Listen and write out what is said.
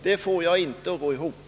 Det argumentet håller inte.